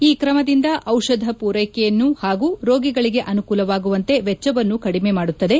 ಈ ಕ್ರಮದಿಂದ ದಿಷಧ ಪೂರೈಕೆಯನ್ನು ಪಾಗೂ ರೋಗಿಗಳಿಗೆ ಅನುಕೂಲವಾಗುವಂತೆ ವೆಚ್ಚವನ್ನು ಕಡಿಮೆ ಮಾಡುತ್ತದೆ